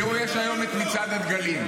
תראו, יש היום את מצעד הדגלים.